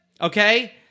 Okay